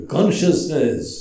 Consciousness